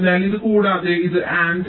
അതിനാൽ ഇത് കൂടാതെ ഇത് AND